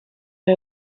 are